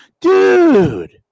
Dude